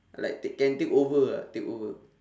like take can take over ah take over